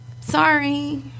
Sorry